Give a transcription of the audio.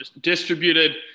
distributed